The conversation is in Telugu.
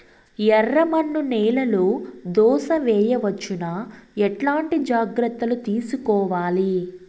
ఎర్రమన్ను నేలలో దోస వేయవచ్చునా? ఎట్లాంటి జాగ్రత్త లు తీసుకోవాలి?